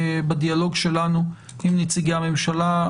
בדיאלוג שלנו עם נציגי הממשלה,